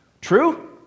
True